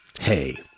Hey